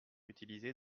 utilisée